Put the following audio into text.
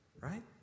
Right